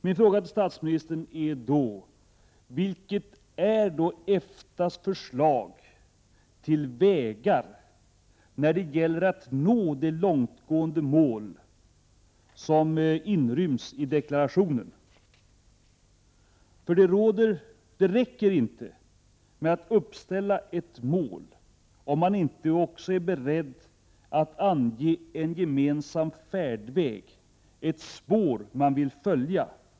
Min fråga till statsministern är då: Vilket är då EFTA:s förslag till vägar när det gäller att nå det långtgående mål som inryms i deklarationen? Det räcker inte med att uppställa ett mål — man måste också vara beredd att ange en gemensam färdväg, ett spår som man vill följa.